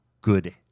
good